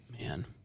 Man